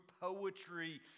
poetry